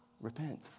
Repent